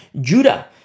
Judah